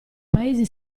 paesi